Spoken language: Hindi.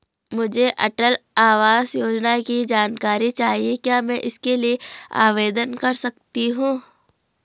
मुझे अटल आवास योजना की जानकारी चाहिए क्या मैं इसके लिए आवेदन कर सकती हूँ?